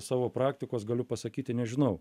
savo praktikos galiu pasakyti nežinau